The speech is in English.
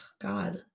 God